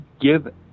give